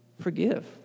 forgive